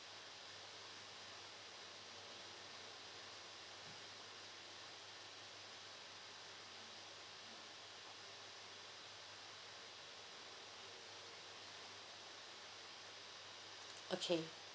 okay